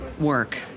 work